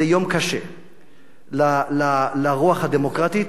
זה יום קשה לרוח הדמוקרטית,